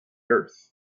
earth